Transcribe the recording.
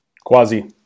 Quasi